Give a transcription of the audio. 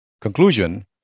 Conclusion